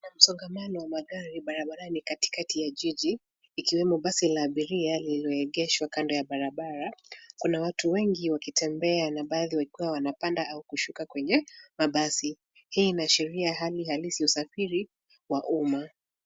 Kuna msongamano wa magari barabarani katikati ya jiji ikiwemo basi la abiria lililoegeshwa kando ya barabara. Kuna watu wengi wakitembea na baadhi wakiwa wanapanda au kushuka kwenye mabasi. Hii inaashiria hali halisi ya usafiri wa umma.